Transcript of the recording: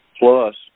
Plus